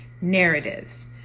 narratives